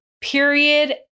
period